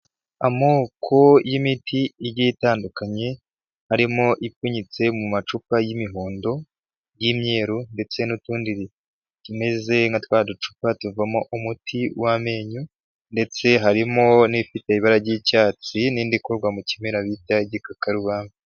Amoko y'imiti igiye itandukanye, harimo ipfunyitse mu macupa y'imihondo, y'imyeru ndetse n'utundi tumeze nka twa ducupa tuvamo umuti w'amenyo, ndetse harimo n'ifite ibara ry'icyatsi n'indi ikorwa mu kimera bita igikakarubamba.